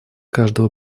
каждого